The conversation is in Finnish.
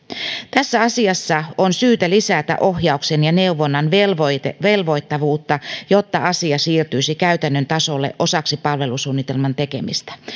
tässä asiassa on syytä lisätä ohjauksen ja neuvonnan velvoittavuutta jotta asia siirtyisi käytännön tasolle osaksi palvelusuunnitelman tekemistä ja